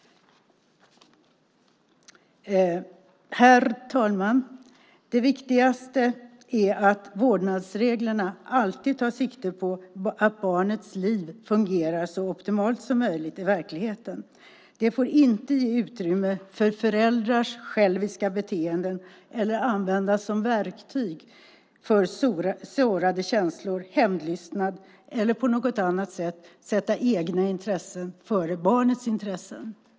Herr talman! Det viktigaste är att vårdnadsreglerna alltid tar sikte på att barnets liv fungerar så optimalt som möjligt i verkligheten. De får inte ge utrymme för föräldrars själviska beteenden eller användas som verktyg för sårade känslor, hämndlystnad eller på något annat sätt sätta egna intressen före barnets intressen.